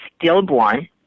stillborn